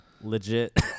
legit